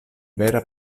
vera